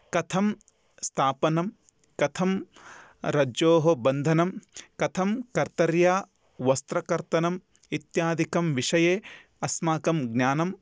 कथं स्थापनं कथं रज्जोः बन्धनं कथं कर्तर्या वस्त्रकर्तनम् इत्यादिकं विषये अस्माकं ज्ञानं